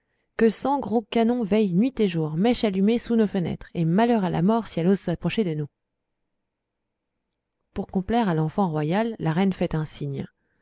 que cent gros canons veillent nuit et jour mèche allumée sous nos fenêtres et malheur à la mort si elle ose s'approcher de nous pour complaire à l'enfant royal la reine fait un signe